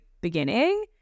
beginning